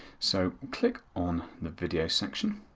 so click on the video section